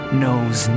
knows